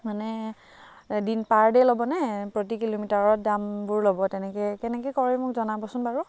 মানে দিন per day ল'ব নে প্ৰতি কিলোমিটাৰত দামবোৰ ল'ব তেনেকৈ কেনেকৈ কৰে মোক জনাবচোন বাৰু